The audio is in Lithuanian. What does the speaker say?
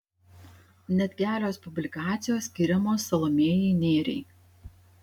net kelios publikacijos skiriamos salomėjai nėriai